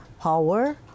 power